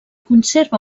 conserva